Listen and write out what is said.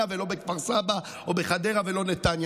ולא בכפר סבא או בחדרה ולא בנתניה.